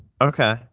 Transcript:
okay